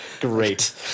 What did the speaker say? Great